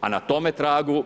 A na tome tragu